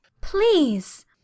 Please